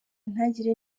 ntagire